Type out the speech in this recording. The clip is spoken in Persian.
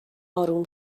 آروم